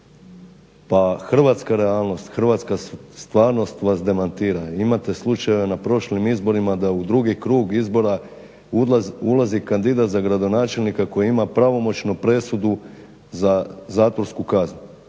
Pa hrvatska realnost, hrvatska stvarnost vas demantira. Imate slučajeve na prošlim izborima da u drugi krug izbora ulazi kandidat za gradonačelnika koji ima pravomoćnu presudu za zatvorsku kaznu.